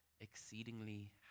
exceedingly